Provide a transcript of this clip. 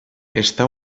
està